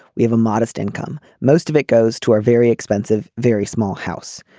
we have a modest income. most of it goes to our very expensive very small house.